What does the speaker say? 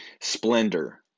splendor